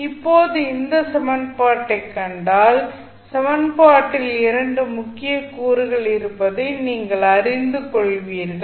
இப்போது இந்த சமன்பாட்டைக் கண்டால் சமன்பாட்டில் 2 முக்கியமான கூறுகள் இருப்பதை நீங்கள் அறிந்து கொள்வீர்கள்